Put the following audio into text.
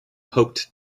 hoped